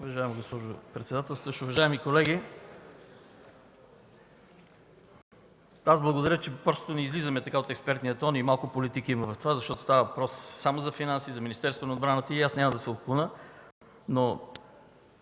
Уважаема госпожо председателстващ, уважаеми колеги! Аз благодаря, че не излизаме от експертния тон и малко политика има в това, защото става въпрос само за финанси и за Министерството на отбраната. И аз няма да се отклоня, но